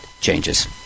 changes